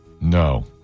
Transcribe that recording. No